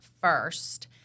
first